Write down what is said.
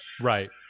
Right